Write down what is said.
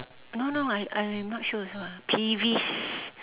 no no I I not sure also ah peeves